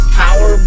power